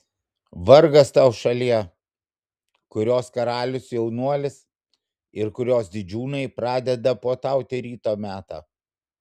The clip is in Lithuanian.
vargas tau šalie kurios karalius jaunuolis ir kurios didžiūnai pradeda puotauti ryto metą